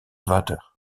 water